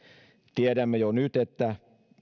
tiedämme jo nyt että